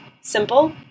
Simple